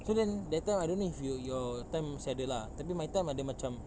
so then that time I don't know if your your time masih ada lah tapi my time ada macam